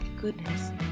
goodness